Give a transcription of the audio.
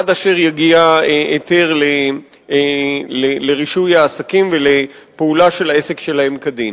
עד אשר יגיע היתר לרישוי העסקים ולפעולה של העסק שלהם כדין.